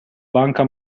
banca